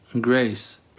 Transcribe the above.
grace